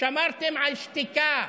שמרתם על שתיקה.